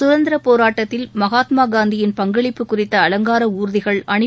கதந்திர போராட்டத்தின் மகாத்மா காந்தியின் பங்களிப்பு குறித்த அலங்கார ஊர்திகள் அணி